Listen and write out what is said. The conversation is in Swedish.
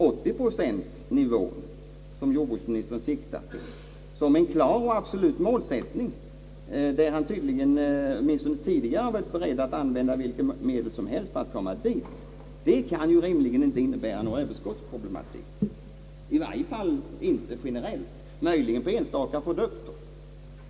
80-procentsnivån, som jordbruksministern siktar till som en klar och absolut målsättning och som han tydligen har varit beredd att använda vilka medel som helst för att nå, kan rimligen inte innebära någon Ööverskottsproblematik, i varje fall inte generellt, möjligen på enstaka produkter.